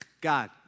God